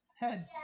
head